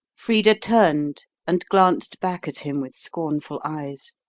frida turned and glanced back at him with scornful eyes.